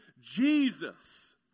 Jesus